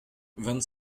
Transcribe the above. vingt